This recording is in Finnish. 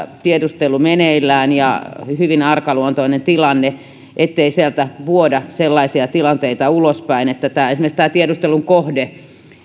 tiedustelu meneillään ja hyvin arkaluontoinen tilanne niin sieltä ei vuoda sellaisia tilanteita ulospäin että esimerkiksi tämä tiedustelun kohde